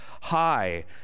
high